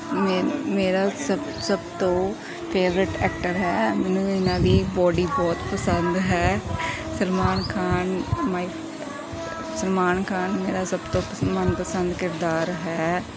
ਮੇਰਾ ਸਭ ਸਭ ਤੋਂ ਫੇਵਰਟ ਐਕਟਰ ਹੈ ਮੈਨੂੰ ਇਹਨਾਂ ਦੀ ਬੋਡੀ ਬਹੁਤ ਪਸੰਦ ਹੈ ਸਲਮਾਨ ਖਾਨ ਮਾਈ ਸਲਮਾਨ ਖਾਨ ਮੇਰਾ ਸਭ ਤੋਂ ਪਸੰ ਮਨ ਪਸੰਦ ਕਿਰਦਾਰ ਹੈ